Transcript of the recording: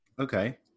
Okay